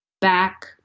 back